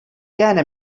كان